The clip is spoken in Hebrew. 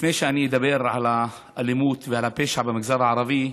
לפני שאני אדבר על האלימות ועל הפשע במגזר הערבי,